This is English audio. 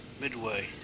Midway